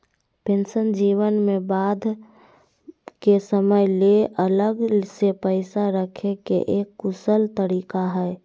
pension जीवन में बाद के समय ले अलग से पैसा रखे के एक कुशल तरीका हय